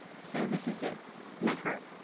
so, this is it my heart.